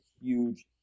huge